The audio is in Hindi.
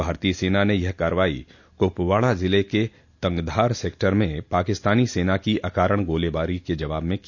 भारतीय सेना ने यह कार्रवाई कुपवाड़ा जिले के तंगधार सेक्टर में पाकिस्तानी सेना की अकारण गालीबारी के जवाब में की